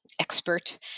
expert